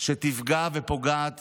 שתפגע ופוגעת